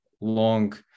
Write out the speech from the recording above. long